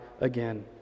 again